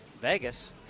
vegas